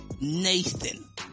Nathan